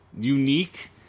unique